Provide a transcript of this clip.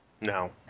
no